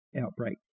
outbreak